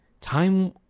Time